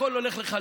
הכול הולך לך.